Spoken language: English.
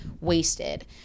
wasted